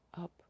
up